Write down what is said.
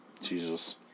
Jesus